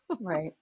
right